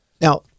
Now